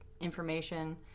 information